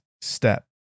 step